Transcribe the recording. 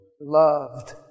Loved